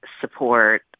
support